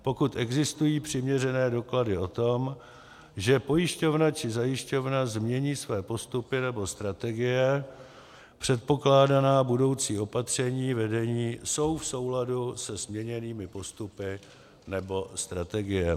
pokud existují přiměřené doklady o tom, že pojišťovna či zajišťovna změní své postupy nebo strategie, předpokládaná budoucí opatření vedení jsou v souladu se změněnými postupy nebo strategiemi;